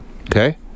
Okay